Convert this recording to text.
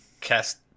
cast